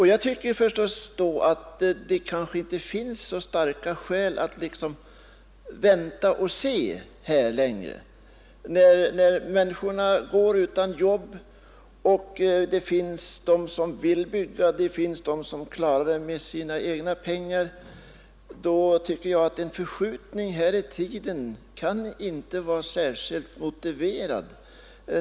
Jag tycker då att det inte finns så starka skäl att vänta och se längre. När människorna går utan jobb och det finns de som vill bygga och klarar det med sina egna pengar, anser jag att en förskjutning i tiden inte kan vara särskilt motiverad.